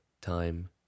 time